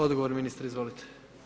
Odgovor ministre, izvolite.